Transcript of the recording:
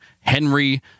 Henry